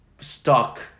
stuck